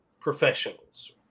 professionals